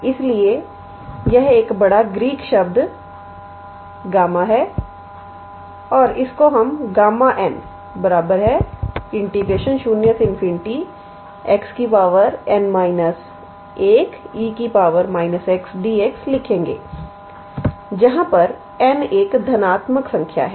और इसलिए यह एक बड़ा ग्रीक शब्द Γ है और इसको हम Γ 0∞𝑥 𝑛−1𝑒 −𝑥𝑑𝑥 लिखेंगेजहां n एक धनात्मक संख्या है